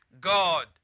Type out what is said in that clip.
God